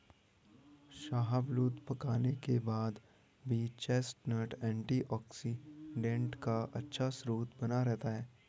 शाहबलूत पकाने के बाद भी चेस्टनट एंटीऑक्सीडेंट का अच्छा स्रोत बना रहता है